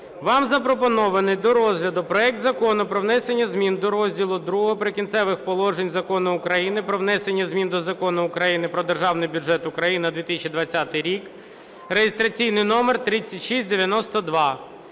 Вам запропонований до розгляду проект Закону про внесення змін до розділу ІІ "Прикінцевих положень" Закону України "Про внесення змін до Закону України "Про Державний бюджет України на 2020 рік" (реєстраційний номер 3692).